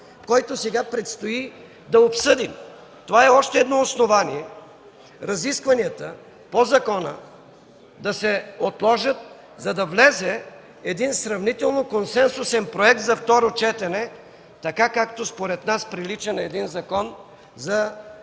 който сега предстои да обсъдим. Това е още едно основание разискванията по закона да се отложат, за да влезе един сравнително консенсусен проект за второ четене, така както, според нас, прилича на един Закон за училищното